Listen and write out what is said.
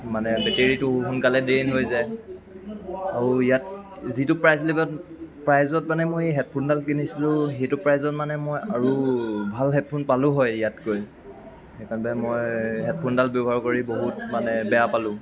মানে বেটেৰীটো সোনকালে ড্ৰেইণ হৈ যায় আৰু ইয়াত যিটো প্ৰাইজ ৰেটত প্ৰাইজত মানে মই এই হেডফোনডাল কিনিছিলোঁ সেইটো প্ৰাইজত মানে মই আৰু ভাল হেডফোন পালোঁ হয় ইয়াতকৈ সেইকাৰণতে মই হেডফোনডাল ব্যৱহাৰ কৰি বহুত মানে বেয়া পালোঁ